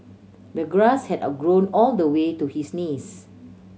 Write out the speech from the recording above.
the grass had a grown all the way to his knees